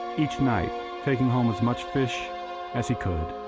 each night taking home as much fish as he could,